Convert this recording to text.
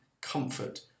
comfort